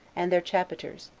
and their chapiters,